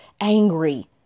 angry